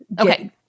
Okay